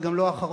וגם לא אחרון,